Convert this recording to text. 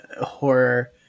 horror